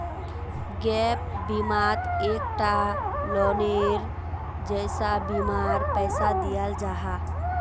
gap बिमात एक टा लोअनेर जैसा बीमार पैसा दियाल जाहा